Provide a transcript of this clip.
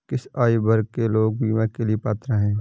किस आयु वर्ग के लोग बीमा के लिए पात्र हैं?